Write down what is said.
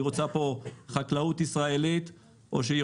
האם היא רוצה פה חקלאות ישראלית או שהיא